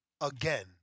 again